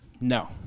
no